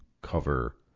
cover